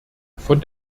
von